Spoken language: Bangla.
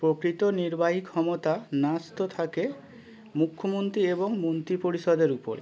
প্রকৃত নির্বাহী ক্ষমতা ন্যস্ত থাকে মুখ্যমন্তরী্ এবং মন্ত্রী পরিষদের উপরে